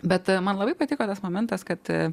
bet man labai patiko tas momentas kad